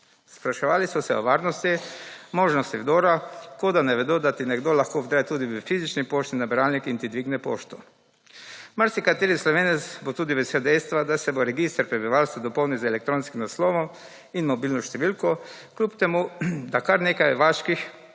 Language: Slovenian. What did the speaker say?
Spraševali so se o varnosti, možnosti vdora, kot da ne vedo, da ti nekdo lahko vdre tudi v fizični poštni nabiralnik in ti dvigne pošto. Marsikateri Slovenec bo tudi vesel dejstva, da se bo register prebivalstva dopolnil z **87. TRAK: (VP) 17.10** (nadaljevanje) elektronskim naslovom in mobilno številko, kljub temu da kar nekaj vaških